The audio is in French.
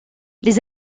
les